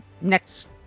next